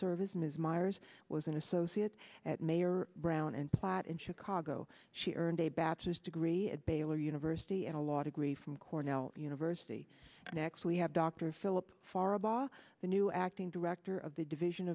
service ms miers was an associate at mayor brown and plot in chicago she earned a bachelor's degree at baylor university and a law degree from cornell university and next we have dr philip for a law the new acting director of the division